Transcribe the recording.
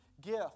gift